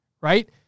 right